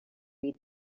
read